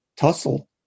tussle